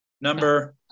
number